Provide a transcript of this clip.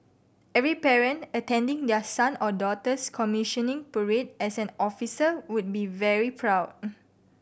every parent attending their son or daughter's commissioning parade as an officer would be very proud